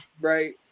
Right